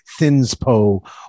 Thinspo